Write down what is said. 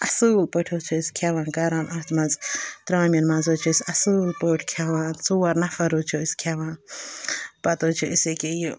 اَصٕل پٲٹھۍ حظ چھِ أسۍ کھٮ۪وان کَران اَتھ منٛز ترٛامٮ۪ن منٛز حظ چھِ أسۍ اَصٕل پٲٹھۍ کھٮ۪وان ژور نفر حظ چھِ أسۍ کھٮ۪وان پَتہٕ حظ چھِ أسۍ ایٚکیٛاہ یہِ